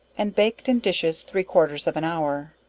and baked in dishes three quarters of an hour.